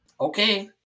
Okay